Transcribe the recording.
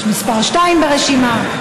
יש מספר 2 ברשימה,